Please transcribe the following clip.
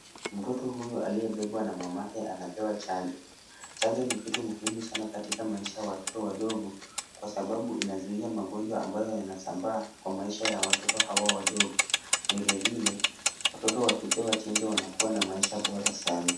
Mtoto huyu aliyebebwa na mamake anapewa chanjo. Chanjo ni kitu muhimu katika maisha ya watoto wadogo. Kwa sababu inazuia magonjwa ambayo inasambaa kwa maisha ya watoto hawa wadogo kwa vile watoto wakipewa chanjo wanakua na maisha bora sana.